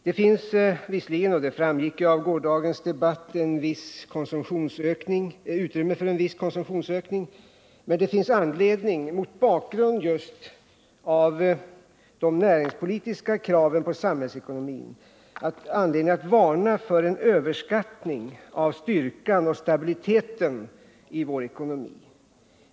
Det finns visserligen, och det framgick av gårdagens debatt, utrymme för en viss konsumtionsökning, men det finns anledning — mot bakgrund just av de näringspolitiska kraven på samhället — att varna för en överskattning av styrkan och stabiliteten i vår ekonomi.